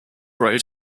road